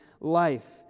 life